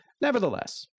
Nevertheless